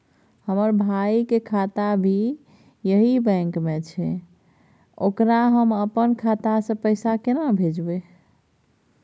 हमर भाई के खाता भी यही बैंक में छै ओकरा हम अपन खाता से पैसा केना भेजबै?